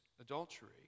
adultery